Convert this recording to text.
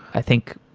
i think,